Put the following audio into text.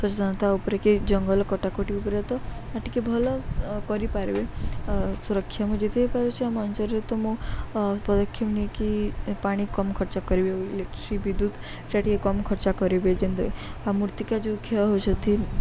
ସଚେତନତା ଉପରେ କି ଜଙ୍ଗଲ କଟାକଟି ଉପରେ ତ ଟିକେ ଭଲ କରିପାରିବେ ଆଉ ସୁରକ୍ଷା ମୁଁ ଯେତିକି ପାରୁଛି ଆମ ଅଞ୍ଚଳରେ ତ ମୁଁ ପଦକ୍ଷେପ ନେଇକି ପାଣି କମ ଖର୍ଚ୍ଚ କରିବି ଇଲେକ୍ଟ୍ରି ବିଦ୍ୟୁତଟା ଟିକେ କମ୍ ଖର୍ଚ୍ଚ କରିବେ ଯେମତି ଆଉ ମୂର୍ତ୍ତିକା ଯେଉଁ କ୍ଷୟ ହଉଛନ୍ତି